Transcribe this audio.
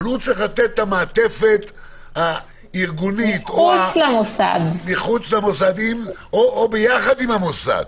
אבל הוא צריך לתת את המעטפת הארגונית מחוץ למוסד או יחד עם המוסד,